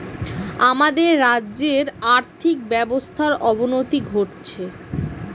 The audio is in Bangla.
আমাদের রাজ্যের আর্থিক ব্যবস্থার অবনতি ঘটছে